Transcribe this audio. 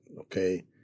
okay